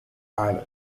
island